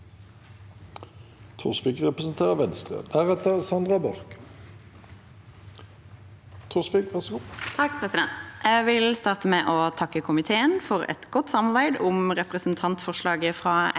Jeg vil starte med å takke komiteen for et godt samarbeid om representantforslaget fra SV